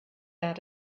out